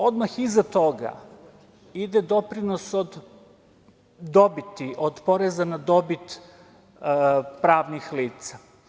Odmah iza toga ide doprinos od dobiti, od poreza na dobit pravnih lica.